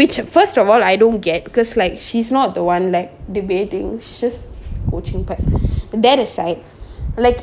which first of all I don't get because like she's not the one like debating she's just watching but that aside like